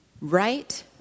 Right